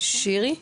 שירי מרביס,